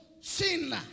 sin